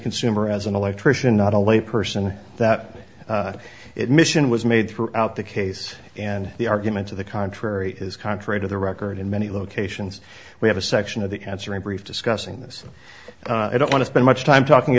consumer as an electrician not a lay person that it mission was made throughout the case and the argument to the contrary is contrary to the record in many locations we have a section of the answering brief discussing this i don't want to spend much time talking